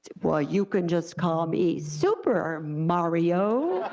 well, you can just call me super mario.